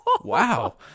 wow